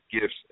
gifts